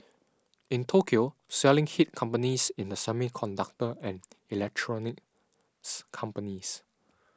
in Tokyo selling hit companies in the semiconductor and electronics companies